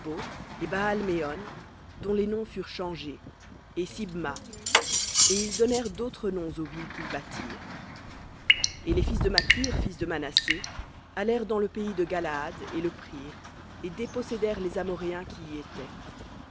et baal méon dont les noms furent changés et sibma et ils donnèrent d'autres noms aux villes qu'ils bâtirent et les fils de makir fils de manassé allèrent dans galaad et le prirent et dépossédèrent les amoréens qui y étaient